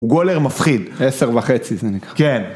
גולר מפחיד, עשר וחצי זה נקרא, כן.